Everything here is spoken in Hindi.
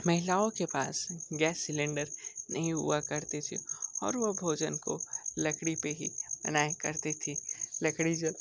महिलाओं के पास गैस सिलेंडर नहीं हुआ करते थे और वो भोजन को लकड़ी पे ही बनाया करती थी